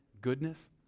goodness